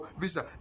visa